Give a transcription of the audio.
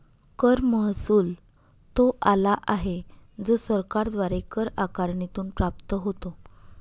कर महसुल तो आला आहे जो सरकारद्वारे कर आकारणीतून प्राप्त होतो